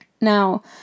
Now